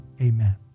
amen